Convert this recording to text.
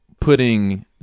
putting